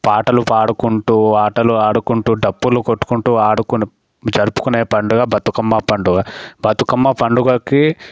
పాటలు పాడుకుంటూ ఆటలు ఆడుకుంటూ డప్పులు కొట్టుకుంటూ ఆడుకొని జరుపుకునే పండగ బతుకమ్మ పండుగ బతుకమ్మ పండుగకి